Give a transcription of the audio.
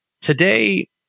today